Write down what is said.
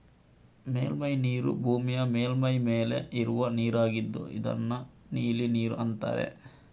ಮೇಲ್ಮೈ ನೀರು ಭೂಮಿಯ ಮೇಲ್ಮೈ ಮೇಲೆ ಇರುವ ನೀರಾಗಿದ್ದು ಇದನ್ನ ನೀಲಿ ನೀರು ಅಂತಾರೆ